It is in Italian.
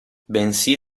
bensì